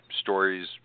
stories